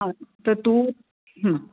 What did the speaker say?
हां तर तू